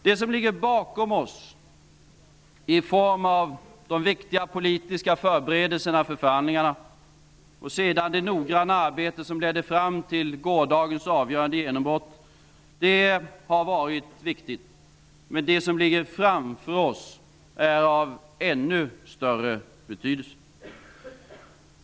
Det som ligger bakom oss, i form av de viktiga politiska förberedelserna för förhandlingarna och sedan det noggranna arbete som ledde fram till gårdagens avgörande genombrott, har varit viktigt. Men det som ligger framför oss är av ännu större betydelse.